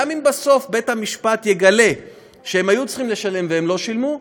גם אם בסוף בית-המשפט יגלה שהם היו צריכים לשלם והם לא שילמו,